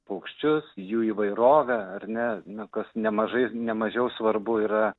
paukščius jų įvairovę ar ne na kas nemažai ne mažiau svarbu yra